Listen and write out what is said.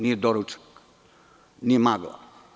Nije doručak ni magla.